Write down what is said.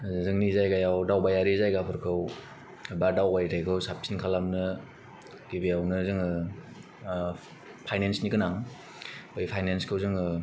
जोंनि जायगायाव दावबायारि जायगाफोरखौ बा दावबायथायखौ साबसिन खालामनो गिबियावनो जोङो फाइनेन्सनि गोनां बे फाइनेन्सखौ जोङो